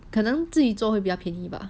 可能自己做会比较便宜吧